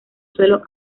suelo